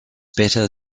better